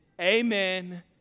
amen